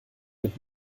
mit